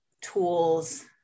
tools